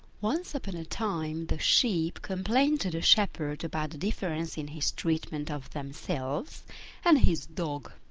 once upon a time the sheep complained to the shepherd about the difference in his treatment of themselves and his dog.